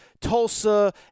Tulsa